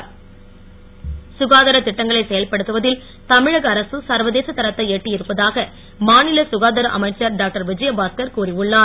விஜயபாஸ்கர் சுகாதாரத் திட்டங்களை செயல்படுத்துவதில் தமிழக அரசு சர்வதேச தரத்தை எட்டி இருப்பதாக மாநில சுகாதார அமைச்சர் டாக்டர் விஜயபாஸ்கர் கூறி உள்ளார்